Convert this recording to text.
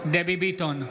דבי ביטון,